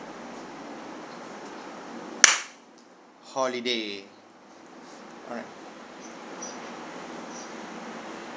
holiday alright